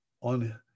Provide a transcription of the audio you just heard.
on